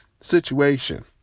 situation